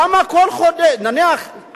למה כל חודש, א.